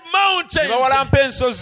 mountains